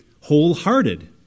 wholehearted